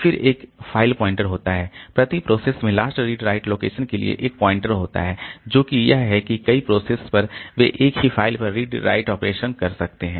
फिर एक file pointer होता है प्रति प्रोसेस में लास्ट रीड राइट लोकेशन के लिए एक पॉइंटर होता है जो कि यह है कि कई प्रोसेस पर वे एक ही फाइल पर रीड राइट ऑपरेशन कर सकते हैं